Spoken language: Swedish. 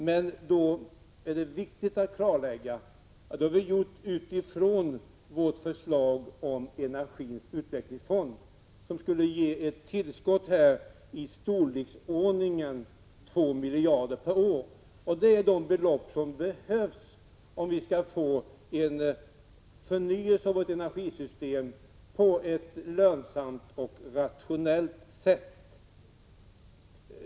Det är viktigt att klarlägga att vi har gjort det med utgångspunkt i vårt förslag om en energiutvecklingsfond, som skulle ge ett tillskott i storleksordningen 2 miljarder kronor per år. Det är det belopp som behövs för att få till stånd en förnyelse av energisystemet på ett lönsamt och rationellt sätt.